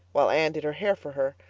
while anne did her hair for her.